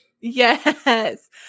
Yes